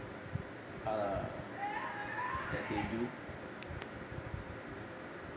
err that they do